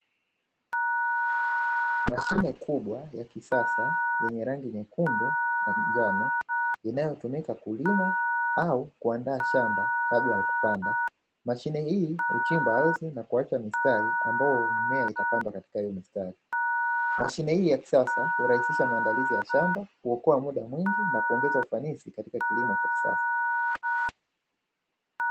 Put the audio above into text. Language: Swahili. Mashine kubwa ya kisasa yenye rangi nyekundu na njano, inayotumika kulima au kuandaa shamba kabla ya kupanda. Mashine hii huchimba ardhi na kuacha mistari, ambayo mmea utapandwa katika hiyo mistari. Mashine hii ya kisasa hurahisisha maandalizi ya shamba, hukoa muda mwingi na kuongeza ufanisi katika kilimo cha kisasa.